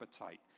appetite